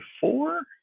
four